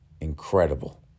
incredible